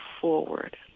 forward